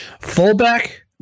Fullback